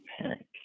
panic